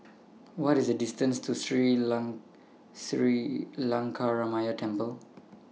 What IS The distance to Sri Long Sri Lankaramaya Temple